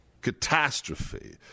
catastrophe